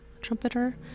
trumpeter